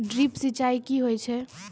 Drip सिंचाई कि होय छै?